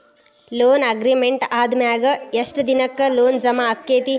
Loan agreement ಆದಮ್ಯಾಗ ಯೆಷ್ಟ್ ದಿನಕ್ಕ ಲೊನ್ ಜಮಾ ಆಕ್ಕೇತಿ?